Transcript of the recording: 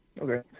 Okay